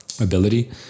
ability